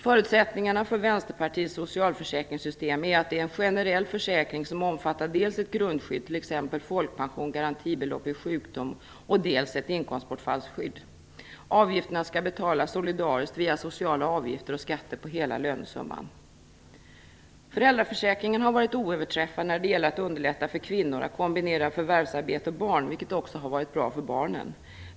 Förutsättningarna för Vänsterpartiets socialförsäkringssystem är att det är en generell försäkring som omfattar dels ett grundskydd, t.ex. folkpension och garantibelopp vid sjukdom, dels ett inkomstbortfallskydd. Avgifterna skall betalas solidariskt via sociala avgifter och skatter på hela lönesumman. Föräldraförsäkringen har varit oöverträffad när det gäller att underlätta för kvinnor att kombinera förvärvsarbete och barn, vilket också har varit bra för barnen.